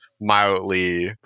mildly